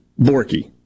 Borky